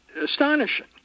astonishing